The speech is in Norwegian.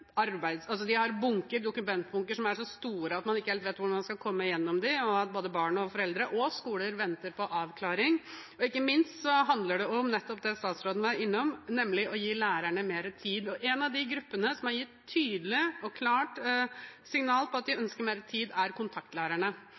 dokumentbunker som er så store at de ikke helt vet hvordan de skal komme gjennom dem, og at både barn, foreldre og skoler venter på avklaringer. Ikke minst handler det om nettopp det statsråden var innom, nemlig å gi lærerne mer tid. Én av de gruppene som har gitt et tydelig og klart signal om at de ønsker mer tid, er kontaktlærerne.